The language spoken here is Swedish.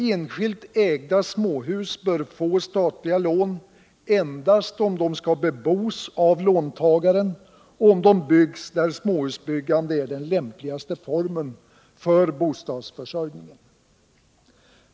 Enskilt ägda småhus bör få statliga lån endast om de skall bebos av låntagaren och om de byggs där småhusbyggande är den lämpligaste formen för bostadsförsörjningen.